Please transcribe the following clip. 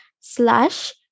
slash